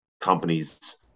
companies